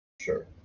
Sure